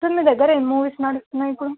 sir మీ దగ్గర ఏమి మూవీస్ నడుస్తున్నాయి ఇప్పుడు